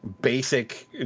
basic